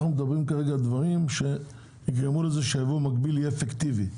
כרגע אנחנו מדברים על דברים שיגרמו לזה שהייבוא המקביל יהיה אפקטיבי.